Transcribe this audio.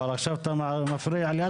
אבל עכשיו אתה מפריע לי.